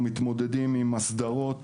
אנחנו מתמודדים עם אסדרות